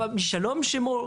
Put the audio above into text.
שלום היה שמו,